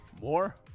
More